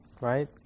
right